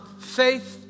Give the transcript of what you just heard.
faith